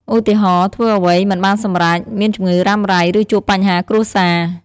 ឧទាហរណ៍ ធ្វើអ្វីមិនបានសម្រេច មានជំងឺរ៉ាំរ៉ៃ ឬជួបបញ្ហាគ្រួសារ។